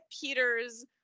Peter's